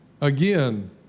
Again